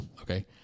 okay